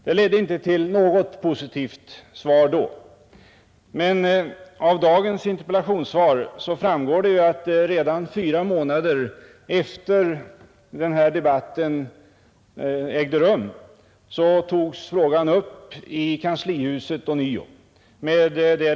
Det ledde inte till något positivt svar då. Av dagens interpellationssvar framgår emellertid att frågan ånyo togs upp i kanslihuset redan fyra månader efter det att denna debatt hade förts.